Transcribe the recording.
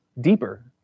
deeper